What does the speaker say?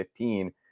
2015